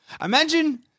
Imagine